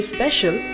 Special